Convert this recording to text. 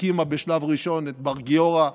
הקימה בשלב ראשון את בר-גיורא והשומר,